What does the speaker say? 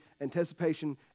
anticipation